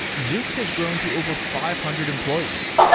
zoox has grown to over five hundred employees.